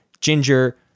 Ginger